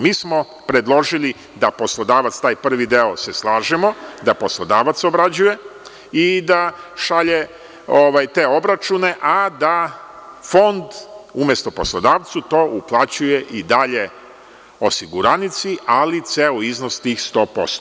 Mi smo predložili da poslodavac obrađuje, taj prvi deo se slažemo, i da šalje te obračune, a da Fond umesto poslodavcu to uplaćuje i dalje osiguranici, ali ceo iznos, tih 100%